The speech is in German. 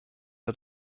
wir